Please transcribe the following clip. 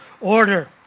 order